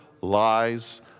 lies